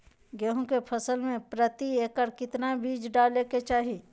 गेहूं के फसल में प्रति एकड़ कितना बीज डाले के चाहि?